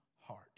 heart